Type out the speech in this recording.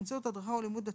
באמצעות הדרכה או לימוד עצמי,